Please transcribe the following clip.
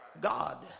God